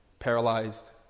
paralyzed